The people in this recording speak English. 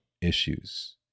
issues